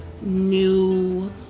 new